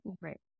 right